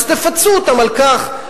אז תפצו אותם על כך.